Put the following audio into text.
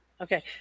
Okay